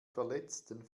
verletzten